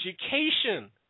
Education